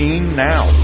now